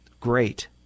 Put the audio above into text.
great